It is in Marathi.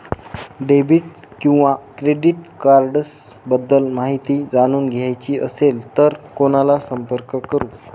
डेबिट किंवा क्रेडिट कार्ड्स बद्दल माहिती जाणून घ्यायची असेल तर कोणाला संपर्क करु?